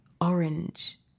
orange